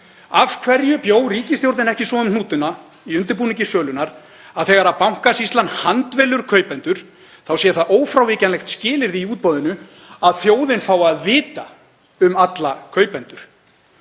Af hverju bjó ríkisstjórnin ekki svo um hnútana í undirbúningi sölunnar að þegar Bankasýslan handvelur kaupendur þá sé það ófrávíkjanlegt skilyrði í útboðinu að þjóðin fái að vita um alla kaupendur?